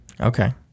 okay